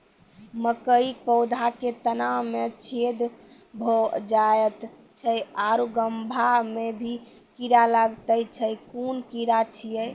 मकयक पौधा के तना मे छेद भो जायत छै आर गभ्भा मे भी कीड़ा लागतै छै कून कीड़ा छियै?